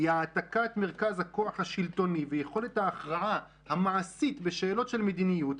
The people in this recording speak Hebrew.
היא העתקת מרכז הכוח השלטוני ויכולת ההכרעה המעשית בשאלות של מדיניות,